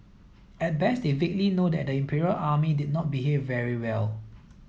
at best they vaguely know that the Imperial Army did not behave very well